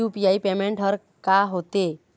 UPI payment हर का होते?